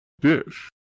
Dish